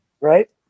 right